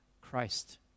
Christ